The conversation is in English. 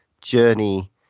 journey